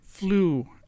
Flew